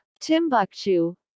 Timbuktu